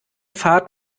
fahrt